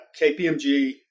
KPMG